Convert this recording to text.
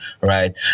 right